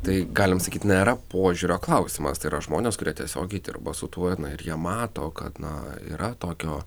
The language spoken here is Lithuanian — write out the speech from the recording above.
tai galim sakyt nėra požiūrio klausimas tai yra žmonės kurie tiesiogiai dirba su tuo na ir jie mato kad na yra tokio